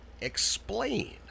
Explain